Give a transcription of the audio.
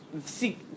see